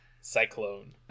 Cyclone